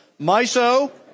MISO